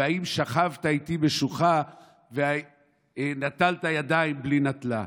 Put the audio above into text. האם שכבת איתי בשוחה ונטלת ידיים בלי נטלה?